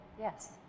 Yes